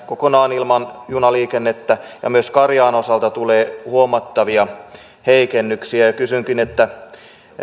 kokonaan ilman junaliikennettä ja myös karjaan osalta tulee huomattavia heikennyksiä kysynkin